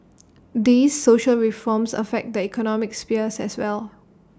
these social reforms affect the economic sphere as well